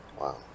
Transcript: Wow